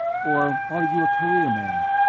or are you a career man?